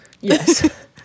Yes